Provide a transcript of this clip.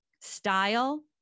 style